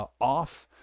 off